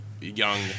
young